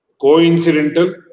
coincidental